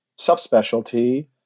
subspecialty